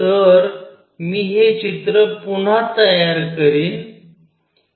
तर मी हे चित्र पुन्हा तयार करीन